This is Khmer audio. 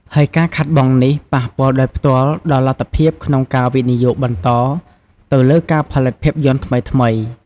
ហើយការខាតបង់នេះប៉ះពាល់ដោយផ្ទាល់ដល់លទ្ធភាពក្នុងការវិនិយោគបន្តទៅលើការផលិតភាពយន្តថ្មីៗ។